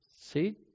See